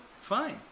fine